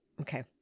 Okay